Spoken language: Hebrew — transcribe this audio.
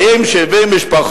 באות 70 משפחות,